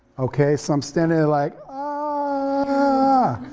okay? so, i'm standing there like ah